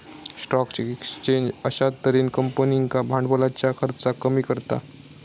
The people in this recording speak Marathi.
स्टॉक एक्सचेंज अश्या तर्हेन कंपनींका भांडवलाच्या खर्चाक कमी करता